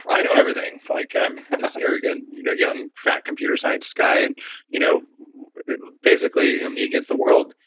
i know everything. like i'm this arrogant, you know young, fat computer scientist guy, and you know basically you know me against the world,